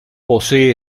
posee